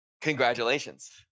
Congratulations